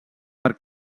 per